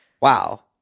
wow